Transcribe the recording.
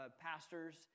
pastors